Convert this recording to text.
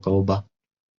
kalba